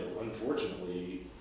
unfortunately